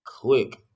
Quick